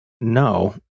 No